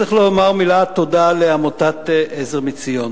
צריך לומר מילת תודה לעמותת "עזר מציון",